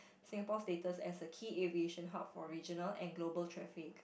Singapore's status as a key aviation hub for regional and global traffic